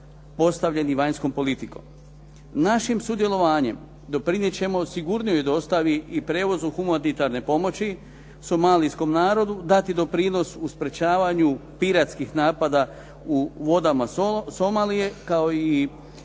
postavljenih vanjskom politikom. Našim sudjelovanjem doprinijeti ćemo sigurnijoj dostavi i prijevozu humanitarne pomoći Somalijskom narodu, dati doprinos sprječavanju piratskih napada u vodama Somalije kao i